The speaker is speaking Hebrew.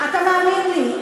אתה מאמין לי?